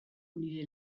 nire